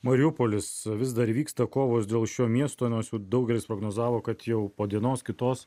mariupolis vis dar vyksta kovos dėl šio miesto nors jau daugelis prognozavo kad jau po dienos kitos